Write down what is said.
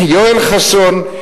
יואל חסון,